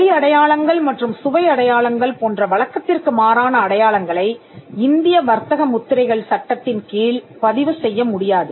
ஒலி அடையாளங்கள் மற்றும் சுவை அடையாளங்கள் போன்ற வழக்கத்திற்கு மாறான அடையாளங்களை இந்திய வர்த்தக முத்திரைகள் சட்டத்தின் கீழ் பதிவு செய்ய முடியாது